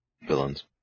Villains